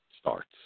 starts